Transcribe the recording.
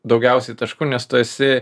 daugiausiai taškų nes tu esi